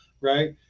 right